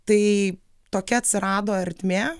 tai tokia atsirado ertmė